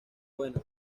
buena